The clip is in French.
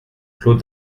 clos